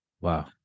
Wow